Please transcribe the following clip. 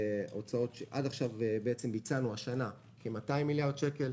עד עכשיו ביצענו השנה כ-200 מיליארד שקל,